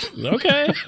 Okay